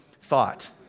thought